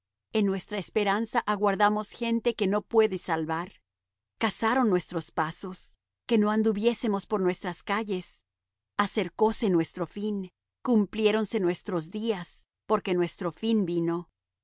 en nuestra esperanza aguardamos gente que no puede salvar cazaron nuestro pasos que no anduviésemos por nuestras calles acercóse nuestro fin cumpliéronse nuestros días porque nuestro fin vino ligeros